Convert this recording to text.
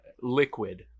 Liquid